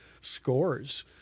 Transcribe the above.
scores